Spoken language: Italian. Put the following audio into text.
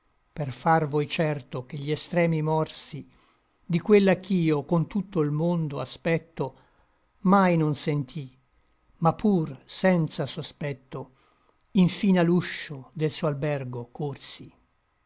per far voi certo che gli extremi morsi di quella ch'io con tutto l mondo aspetto mai non sentí ma pur senza sospetto infin a l'uscio del suo albergo corsi